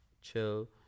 chill